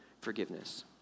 forgiveness